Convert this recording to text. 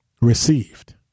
received